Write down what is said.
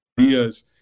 ideas